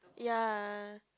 ya